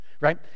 Right